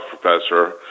professor